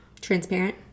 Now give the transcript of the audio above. Transparent